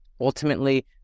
ultimately